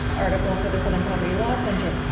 article for the southern poverty law center.